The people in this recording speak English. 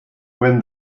when